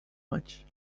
much